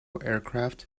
aircraft